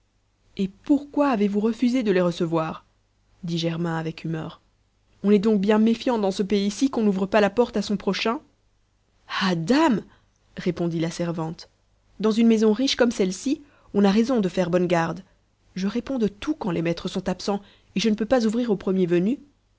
et pourquoi avez-vous refusé de les recevoir dit germain avec humeur on est donc bien méfiant dans ce pays-ci qu'on n'ouvre pas la porte à son prochain ah dame répondit la servante dans une maison riche comme celle-ci on a raison de faire bonne garde je réponds de tout quand les maîtres sont absents et je ne peux pas ouvrir aux premiers venus